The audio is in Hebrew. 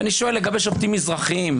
ואני שואל לגבי שופטים מזרחיים,